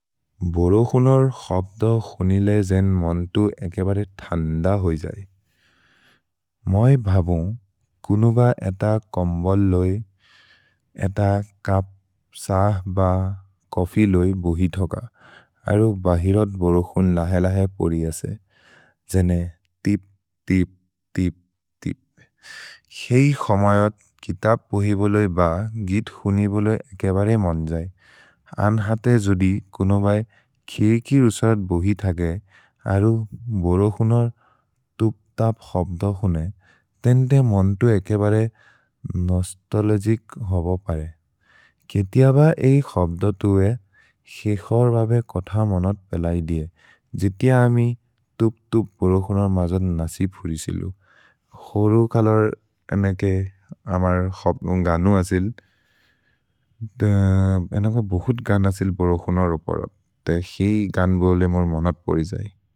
भोरोकुनोर् क्सब्द क्सुनिले जेन् मन्तु एके बरे थन्द होइ जै। मै भबुन् कुनु ब एत कोम्बल् लोइ, एत कप् सह् ब कफि लोइ बोहि थोक, अरु बहिरत् बोरोकुन् लहेलहे पोरि असे, जेने तिप् तिप् तिप् तिप्। हेइ खमयोत् कितब् पोहि बोलोइ ब गित् क्सुनि बोलोइ एके बरे मन् जै, अन् जते जोदि कुनु बए खेकि रुसत् बोहि थगे, अरु बोरोकुनोर् तुप् तप् क्सब्द क्सुने, तेन्दे मन्तु एके बरे नोस्तोलोजिक् होब परे। केतिअब एइ क्सब्द तुए, क्सेखोर् बबे कोथ मनत् पेलै दिए, जिति अमि तुप् तुप् बोरोकुनोर् मजद् नसिब् हुरि सिलु। होरु कलोर् एनेके अमर् गनु असिल्, एनक बहुत् गन् असिल् बोरोकुनोर् अपरत्, ते ही गन् बोले मोर् मनत् पोरि जै।